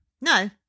No